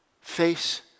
Face